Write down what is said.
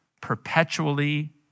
perpetually